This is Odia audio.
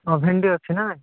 ଓ ଭେଣ୍ଡି ଅଛି ନା ନାଇଁ